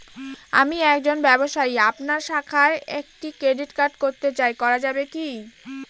আমি একজন ব্যবসায়ী আপনার শাখায় একটি ক্রেডিট কার্ড করতে চাই করা যাবে কি?